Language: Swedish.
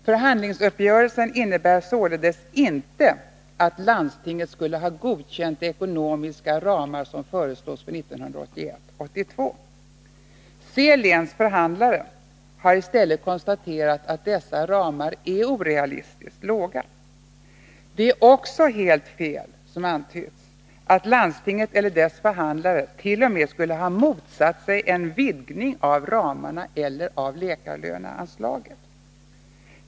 Förhandlingsuppgörelsen innebär således inte att landstinget skulle ha godkänt de ekonomiska ramar som föreslås för 1981/82. Uppsala läns förhandlare har i stället konstaterat att dessa ramar är orealistiskt låga. Det är också helt fel som har antytts att landstinget eller dess förhandlare t.o.m. skulle ha motsatt sig en vidgning av ramarna eller av läkarlöneanslaget.